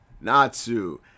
natsu